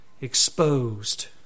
exposed